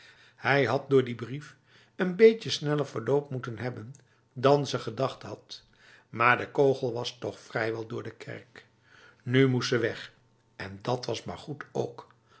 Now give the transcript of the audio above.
het had door die brief een beetje sneller verloop moeten hebben dan ze gedacht had maar de kogel was toch vrijwel door de kerk nu moest ze weg en dat was maar goed ook